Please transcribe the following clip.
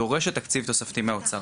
דורשת תקציב תוספתי מהאוצר.